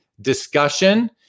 discussion